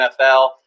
NFL